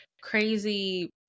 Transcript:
crazy